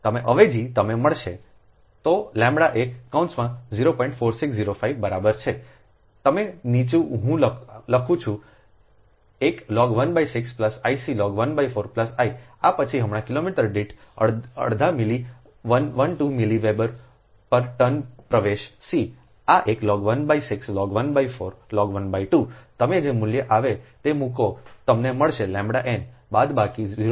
તમે અવેજી તમે મળશે તોʎએ કૌંસમાં 04605 બરાબર છે તમે નીચે હું લખું છું એક log 16 I c log 14 I આ પછી હમણાં કિલોમીટર દીઠ અડધા મિલી 1 2 મિલી વેબર પર ટન પ્રવેશ cઆ એક log16 log 14 log 12તમે જે મૂલ્ય આવે તે મૂકો તમને મળશેʎn બાદબાકી 0